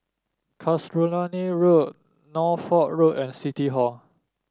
Casuarina Road Norfolk Road and City Hall